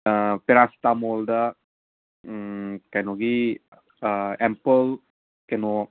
ꯄꯦꯔꯥꯁꯤꯇꯥꯃꯣꯜꯗ ꯀꯩꯅꯣꯒꯤ ꯑꯦꯝꯄꯜ ꯀꯩꯅꯣ